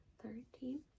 thirteen